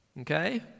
okay